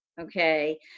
okay